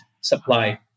supply